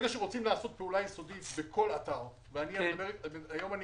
והבנייה המחוזית ואני מכיר את עולם התכנון